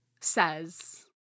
says